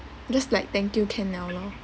just like thank you can liao lor